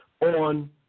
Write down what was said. on